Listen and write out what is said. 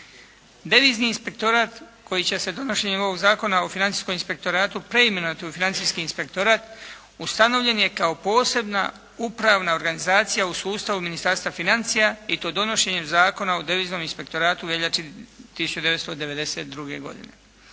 Devizni inspektorat koji će se donošenjem ovog Zakona o Financijskom inspektoratu preimenovati u Financijski inspektorat ustanovljen je kao posebna upravna organizacija u sustavu Ministarstva financija i to donošenjem Zakona o Deviznom inspektoratu u veljači 1992. godine.